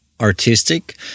artistic